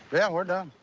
yeah. we're done.